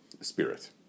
spirit